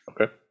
Okay